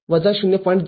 ७ वजा ०